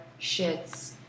shits